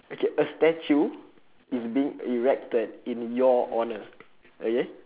okay a statue is being erected in your honour okay